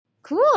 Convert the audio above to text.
Cool